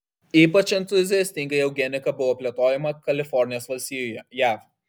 ypač entuziastingai eugenika buvo plėtojama kalifornijos valstijoje jav